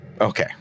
Okay